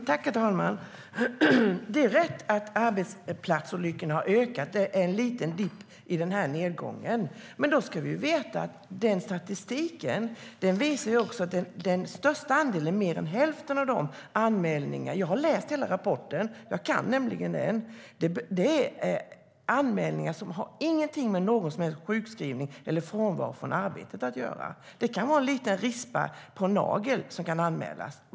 Herr talman! Det är riktigt att arbetsplatsolyckorna har ökat, men det är bara ett litet avbrott i nedgången. Statistiken visar också att mer än hälften av anmälningarna - jag har läst hela rapporten och kan den - inte har någonting att göra med någon som helst sjukskrivning eller frånvaro från arbetet. Det kan vara en liten rispa på en nagel som anmäls.